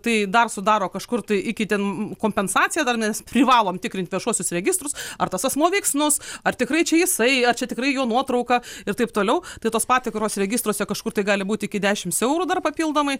tai dar sudaro kažkur tai iki ten kompensaciją dar nes privalom tikrint viešuosius registrus ar tas asmuo veiksnus ar tikrai čia jisai ar čia tikrai jo nuotrauka ir taip toliau tai tos patikros registruose kažkur tai gali būt iki dešims eurų dar papildomai